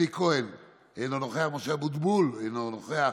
אלי כהן, אינו נוכח, משה אבוטבול, אינו נוכח,